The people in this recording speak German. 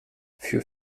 für